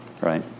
right